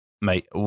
mate